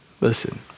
Listen